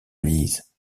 lise